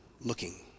looking